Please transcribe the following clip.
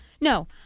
No